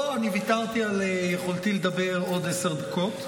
לא, אני ויתרתי על יכולתי לדבר עוד עשר דקות.